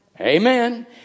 Amen